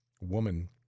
woman